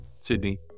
Sydney